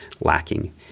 lacking